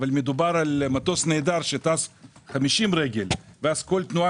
אבל מדובר על מטוס נהדר שטס 50 רגל ואז כל תנועה